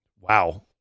Wow